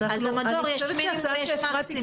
למדור יש מינימום ויש מקסימום.